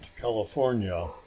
California